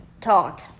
talk